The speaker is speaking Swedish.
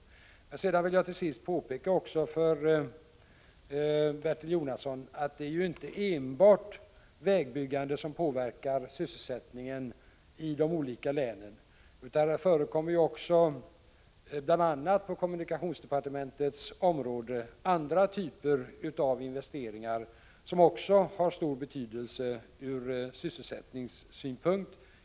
Till sist vill jag också påpeka för Bertil Jonasson att det inte är bara vägbyggandet som påverkar sysselsättningen i de olika länen, utan det förekommer också, bl.a. på kommunikationsdepartementets område, andra typer av investeringar som har stor betydelse ur sysselsättningssynpunkt.